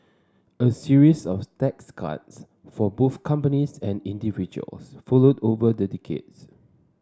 a series of tax cuts for both companies and individuals followed over the decades